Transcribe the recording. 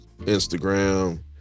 Instagram